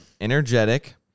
Energetic